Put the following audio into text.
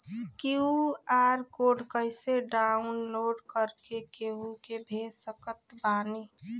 QR code कइसे download कर के केहु के भेज सकत बानी?